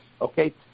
Okay